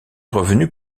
revenu